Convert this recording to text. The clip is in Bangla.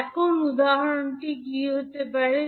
এখন উদাহরণটি কী হতে পারে